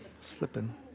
slipping